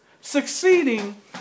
succeeding